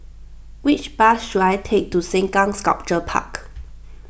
which bus should I take to Sengkang Sculpture Park